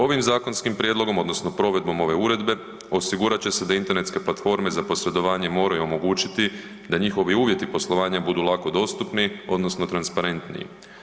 Ovim zakonskim prijedlogom odnosno provedbom ove uredbe, osigurat će se da internetske platforme za posredovanje moraju omogućiti da njihovi uvjeti poslovanja budu lako dostupni odnosno transparentniji.